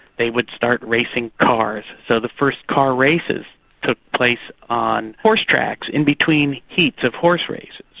they would start racing cars. so the first car races took place on horse tracks, in between heats of horse races.